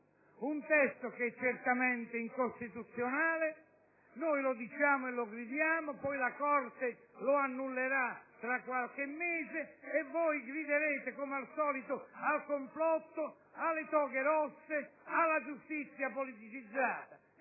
un testo certamente incostituzionale - noi lo diciamo e lo gridiamo - che poi la Corte lo annullerà tra qualche mese e voi griderete, come al solito, al complotto, alle toghe rosse, alla giustizia politicizzata.